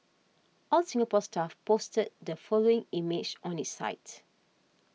All Singapore Stuff posted the following image on its site